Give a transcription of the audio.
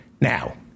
Now